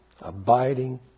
abiding